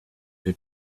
who